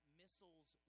missiles